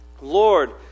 Lord